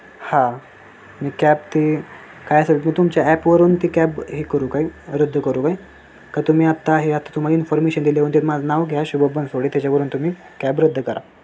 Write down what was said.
हा मी कॅब ती काय असेल ती तुम्ही तुमच्या ॲपवरून ती कॅब हे करू काय रद्द करू काय का तुम्ही आत्ता हे आता तुम्हाला इन्फॉर्मेशन दिले होऊन ते माझं नाव घ्या शुभम बनसोडे त्याच्यावरून तुम्ही कॅब रद्द करा